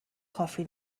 کافی